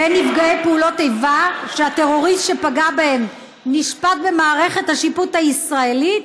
בין נפגעי פעולות איבה שהטרוריסט שפגע בהם נשפט במערכת השיפוט הישראלית,